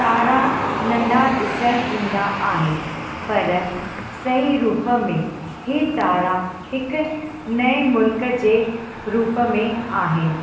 तारा नंढा ॾिसन ईंदा आहिनि पर सही रूप में ई तारा हिकु नए मुल्क जे रूप में आहिनि